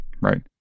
right